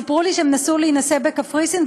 סיפרו לי שהם נסעו להינשא בקפריסין,